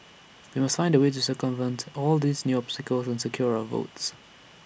we must find A way to circumvent all these new obstacles and secure our votes